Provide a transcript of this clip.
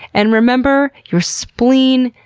and remember your spleen,